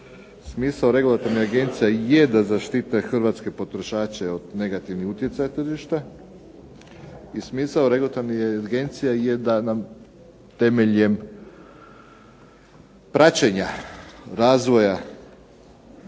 agencija je da zaštite hrvatske potrošače od negativnih utjecaja tržišta i smisao regulatornih agencija je da nam temeljem praćenja razvoja